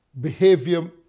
behavior